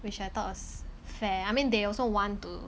which I thought was fair I mean they also want to